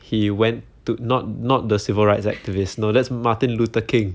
he went to not not the civil rights activist no that's martin luther king